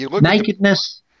Nakedness